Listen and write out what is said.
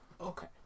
okay